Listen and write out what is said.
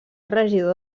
regidor